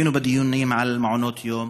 היינו בדיונים על מעונות יום,